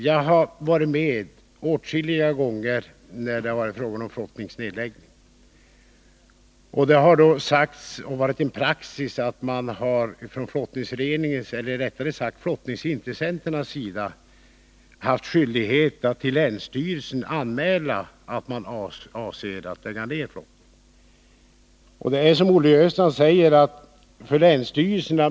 Jag har varit med åtskilliga gånger när det har varit fråga om flottningsnedläggning. Det har då varit praxis att flottningsintressenterna till länsstyrelsen anmält att man avsett att lägga ned flottningen.